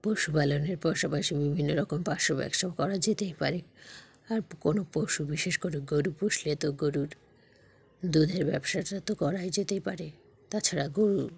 পশুপালনের পাশাপাশি বিভিন্ন রকম পার্শ্ব ব্যবসাও করা যেতেই পারে আর কোনো পশু বিশেষ করে গরু পুষলে তো গরুর দুধের ব্যবসাটা তো করাই যেতেই পারে তাছাড়া গরুর